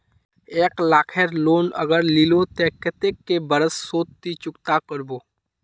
एक लाख केर लोन अगर लिलो ते कतेक कै बरश सोत ती चुकता करबो?